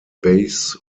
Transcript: base